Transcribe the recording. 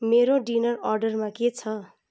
मेरो डिनर अर्डरमा के छ